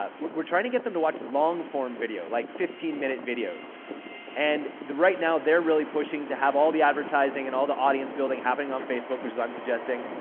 ah we're trying to get them to watch long-form video like fifteen minute videos and right now, they're really pushing to have all the advertising and all the audience building happening on facebook, which is i'm suggesting.